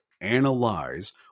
analyze